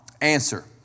answer